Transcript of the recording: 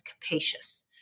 capacious